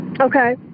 Okay